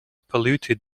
polluted